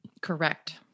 Correct